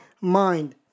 mind